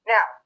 Now